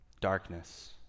darkness